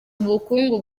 ubukungu